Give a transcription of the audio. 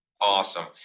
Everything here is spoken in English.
Awesome